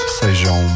sejam